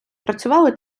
працювали